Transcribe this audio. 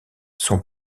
sont